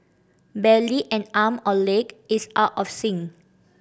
barely an arm or leg is out of sync